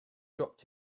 dropped